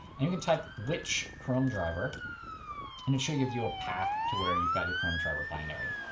and you can type which chromedriver, and it should give you a path to where you've got your chromedriver binary.